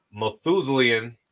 Methuselian